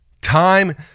Time